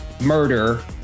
murder